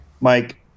Mike